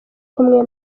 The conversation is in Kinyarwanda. kumwe